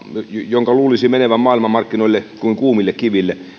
jonka luulisi menevän maailmanmarkkinoille kuin kuumille kiville niin